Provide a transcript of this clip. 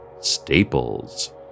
Staples